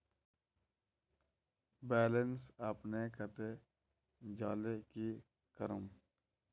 Balance अपने कते जाले की करूम?